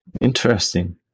interesting